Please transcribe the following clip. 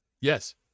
yes